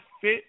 fit